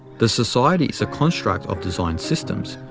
the society is a construct of designed systems,